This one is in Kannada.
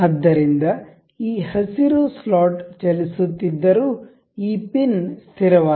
ಆದ್ದರಿಂದ ಈ ಹಸಿರು ಸ್ಲಾಟ್ ಚಲಿಸುತ್ತಿದ್ದರೂ ಈ ಪಿನ್ ಸ್ಥಿರವಾಗಿದೆ